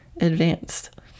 advanced